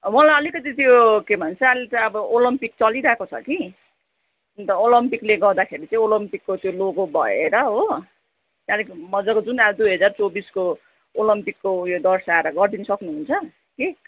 मलाई अलिकति त्यो के भन्छ अहिले त्यो अब ओलम्पिक चलिरहेको छ कि अन्त ओलम्पिकले गर्दाखेरि चाहिँ ओलम्पिकको त्यो लोगो भएर हो त्यो अलिक मज्जाको जुन दुई हजार चौबिसको ओलम्पिकको उयो दर्शाएर गरिदिनु सक्नुहुन्छ केक